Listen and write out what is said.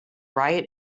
right